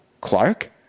Clark